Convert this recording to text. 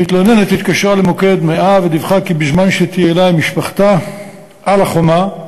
המתלוננת התקשרה למוקד 100 ודיווחה כי בזמן שטיילה עם משפחתה על החומה,